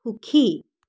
সুখী